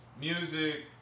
music